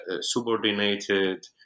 subordinated